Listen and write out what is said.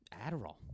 Adderall